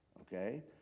Okay